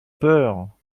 peurs